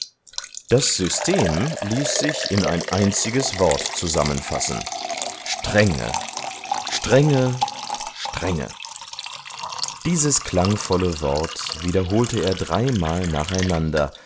das system ließ sich in ein einziges wort zusammenfassen strenge strenge strenge dieses klangvolle wort wiederholte er dreimal nacheinander